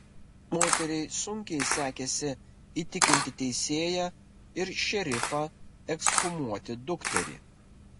moteriai sunkiai sekėsi įtikinti teisėją ir šerifą ekshumuoti dukterį